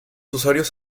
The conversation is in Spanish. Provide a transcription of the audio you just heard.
usuarios